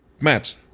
Matt